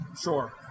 Sure